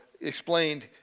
explained